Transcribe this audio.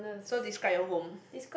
so describe your home